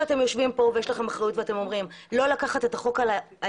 אתם יושבים פה ואומרים מתוך אחריות שלא לקחת את החוק לידיים.